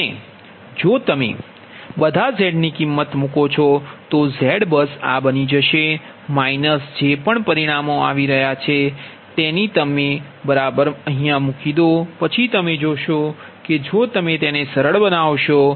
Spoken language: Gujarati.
અને જો તમે બધા Z ની કીમત મૂકો છો તો Z બસ આ બની જશે માઈનસ જે પણ પરિમાણો આવી રહ્યા છે તેને તમે બરાબર મૂકી દો પછી તમે જોશો કે જો તમે તેને સરળ બનાવશો